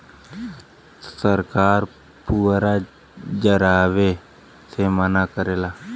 सरकार पुअरा जरावे से मना करेला